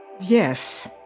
Yes